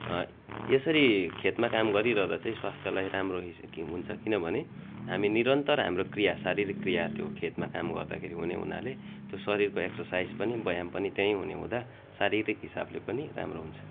यसरी खेतमा काम गरिरहँदा चाहिँ स्वास्थ्यलाई राम्रो हि सि कि हुन्छ किनभने हामी निरन्तर हाम्रो क्रिया शारीरिक क्रिया त्यो खेतमा काम गर्दाखेरि हुने हुनाले त्यो शरीरको एक्ससाइस पनि व्यायाम पनि त्यहीँ हुने हुँदा शारीरिक हिसाबले पनि राम्रो हुन्छ